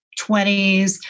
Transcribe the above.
20s